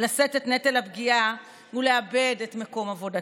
לשאת את נטל הפגיעה ולאבד את מקום עבודתן.